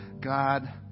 God